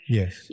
Yes